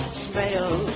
smell